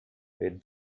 with